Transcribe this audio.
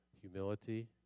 humility